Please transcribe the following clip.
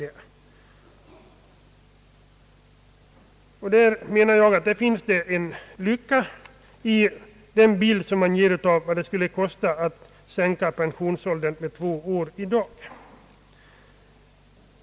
Det finns därför enligt min mening en lucka i den bild som visar vad det skulle kosta att i dag sänka pensionsåldern med två år.